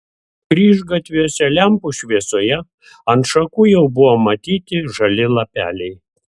kryžgatviuose lempų šviesoje ant šakų jau buvo matyti žali lapeliai